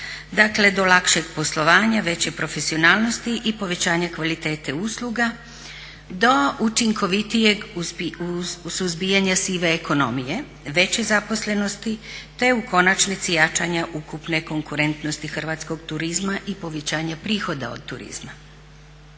dakle do lakšeg poslovanja, veće profesionalnosti i povećanje kvalitete usluga do učinkovitijeg suzbijanja sive ekonomije, veće zaposlenosti te u konačnici jačanje ukupne konkurentnosti hrvatskog turizma i povećanje prihoda od turizma.